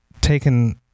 taken